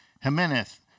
Jimenez